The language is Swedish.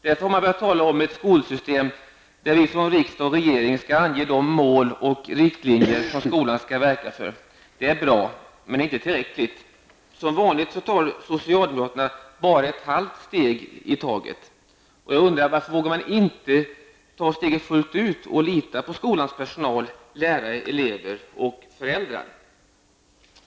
Därför har man börjat tala om ett skolsystem där vi från riksdag och regering skall ange de mål och riktlinjer som skolan skall verka för. Det är bra, men det är inte tillräckligt. Som vanligt tar socialdemokraterna bara ett halvt steg i taget. Varför vågar man inte ta steget fullt ut och lita på skolans personal, lärare, elever och föräldrar?